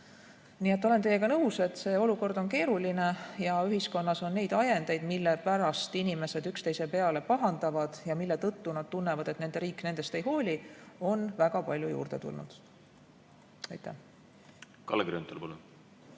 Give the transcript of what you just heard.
et olen teiega nõus, et see olukord on keeruline. Ühiskonnas on neid ajendeid, mille pärast inimesed üksteise peale pahandavad ja mille tõttu nad tunnevad, et nende riik nendest ei hooli, väga palju juurde tulnud. Suur tänu! Jah, olen